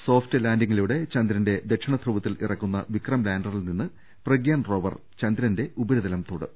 soft ലാന്റിങ്ങിലൂടെ ചന്ദ്രന്റെ ദക്ഷിണ് ധ്രുവത്തിൽ ഇറക്കുന്ന വിക്രം ലാന്ററിൽ നിന്ന് പ്രഗ്യാൻ റോവർ ചന്ദ്രന്റെ ഉപരിതലം തൊടും